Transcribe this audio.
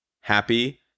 happy